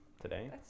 Today